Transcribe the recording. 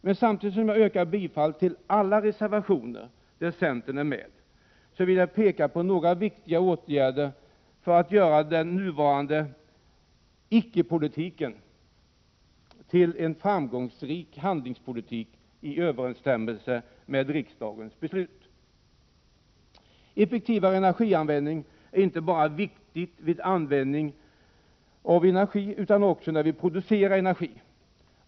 Men samtidigt som jag yrkar bifall till alla reservationer 10 december 1987 där centern är med, vill jag peka på några viktiga åtgärder för att göra nuvarande icke-politik till framgångsrik handlingspolitik i överensstämmelse Effektivare energianvändning är inte bara viktig vid användning av energi, utan också när vi producerar energi.